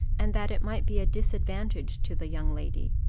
and that it might be a disadvantage to the young lady,